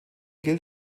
gilt